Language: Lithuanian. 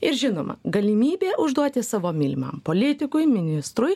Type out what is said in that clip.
ir žinoma galimybė užduoti savo mylimam politikui ministrui